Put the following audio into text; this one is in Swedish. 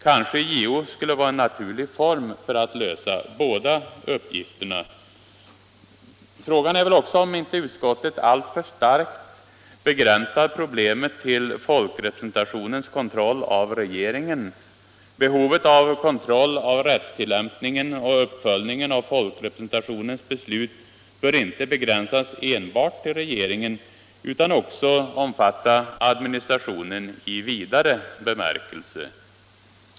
Kanske JO skulle vara en naturlig form för att lösa båda uppgifterna. Frågan är väl också om inte utskottet allt för starkt begränsar problemet till folkrepresentationens kontroll av regeringen. Behovet av kontroll av rättstillämpningen och uppföljningen av folkrepresentationens beslut bör inte begränsas enbart till regeringen utan också omfatta administrationen i vidare bemärkelse.